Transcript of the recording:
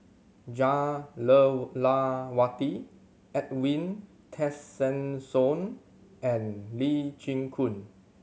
Jah Lelawati Edwin Tessensohn and Lee Chin Koon